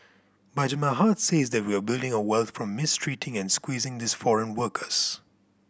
but my hearts says that we're building our wealth from mistreating and squeezing these foreign workers